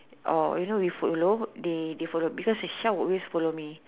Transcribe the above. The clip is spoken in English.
or you know we follow they they follow because Aisha will always follow me